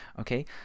okay